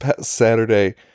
Saturday